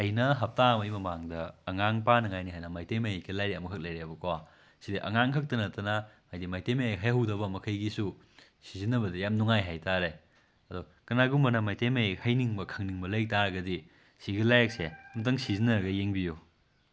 ꯑꯩꯅ ꯍꯞꯇꯥ ꯑꯃꯩ ꯃꯃꯥꯡꯗ ꯑꯉꯥꯡꯅ ꯄꯥꯅꯕꯅꯤ ꯍꯥꯏꯅ ꯃꯩꯇꯩ ꯃꯌꯦꯛꯀꯤ ꯂꯥꯏꯔꯤꯛ ꯑꯃꯈꯛ ꯂꯩꯔꯛꯑꯦꯕꯀꯣ ꯁꯤꯗꯤ ꯑꯉꯥꯡ ꯈꯛꯇ ꯅꯠꯇꯅ ꯍꯥꯏꯗꯤ ꯃꯩꯇꯩ ꯃꯌꯦꯛ ꯍꯩꯍꯧꯗꯕ ꯃꯈꯩꯒꯤꯁꯨ ꯁꯤꯖꯤꯟꯅꯕꯗ ꯌꯥꯝꯅ ꯅꯨꯡꯉꯥꯏ ꯍꯥꯏꯇꯥꯔꯦ ꯑꯗꯣ ꯀꯅꯥꯒꯨꯝꯕꯝꯅ ꯃꯩꯇꯩ ꯃꯌꯦꯛ ꯍꯩꯅꯤꯡꯕ ꯈꯪꯅꯤꯡꯕ ꯂꯩꯕ ꯇꯥꯔꯒꯗꯤ ꯁꯤꯒꯤ ꯂꯥꯏꯔꯤꯛꯁꯦ ꯑꯃꯨꯇꯪ ꯁꯤꯖꯤꯟꯅꯔꯒ ꯌꯦꯡꯕꯤꯎ